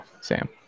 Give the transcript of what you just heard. Sam